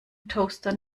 toaster